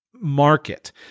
market